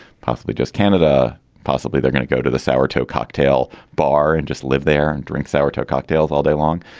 possibly just canada. possibly they're going to go to the south toe cocktail bar and just live there and drink xyloto cocktails all day long.